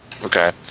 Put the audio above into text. Okay